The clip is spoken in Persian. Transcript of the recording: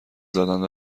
زدند